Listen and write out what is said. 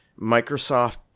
Microsoft